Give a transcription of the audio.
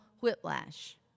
whiplash